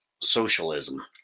Socialism